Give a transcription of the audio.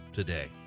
today